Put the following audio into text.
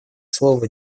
слово